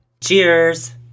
Cheers